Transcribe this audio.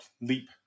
Leap